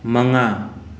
ꯃꯉꯥ